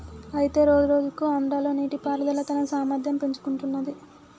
అయితే రోజురోజుకు ఆంధ్రాలో నీటిపారుదల తన సామర్థ్యం పెంచుకుంటున్నది